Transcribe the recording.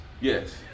yes